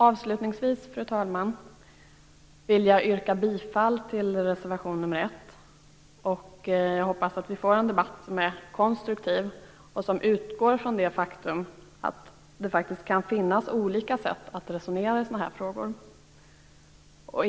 Avslutningsvis, fru talman, vill jag yrka bifall till reservation nr 1. Jag hoppas att vi får en konstruktiv debatt som utgår från det faktum att det kan finnas olika sätt att resonera kring sådana här frågor.